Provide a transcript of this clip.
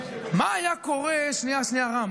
מה היה קורה, סימון, שנייה רם.